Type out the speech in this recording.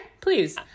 please